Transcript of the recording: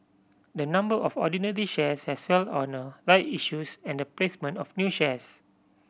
the number of ordinary shares has swelled on a right issues and the placement of new shares